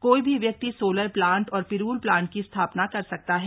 कोई भी व्यक्ति सोलर प्लांट और पिरूल प्लांट की स्थापना कर सकता है